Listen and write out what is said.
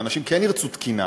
ואנשים כן ירצו תקינה